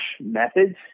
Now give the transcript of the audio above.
Methods